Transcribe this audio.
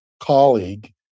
colleague